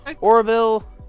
Orville